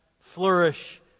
flourish